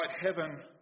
heaven